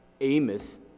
Amos